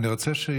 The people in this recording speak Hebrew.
היום ט' בתמוז.